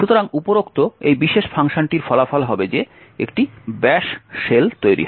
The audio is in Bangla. সুতরাং উপরোক্ত এই বিশেষ ফাংশনটির ফলাফল হবে যে একটি bash শেল তৈরি হয়